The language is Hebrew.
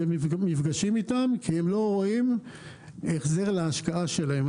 אנחנו נפגשים איתם כי הם לא רואים החזר להשקעה שלהם.